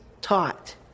taught